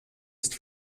ist